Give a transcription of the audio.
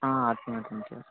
ఆ అర్ధమవుతోంది సార్